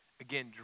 again